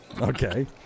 okay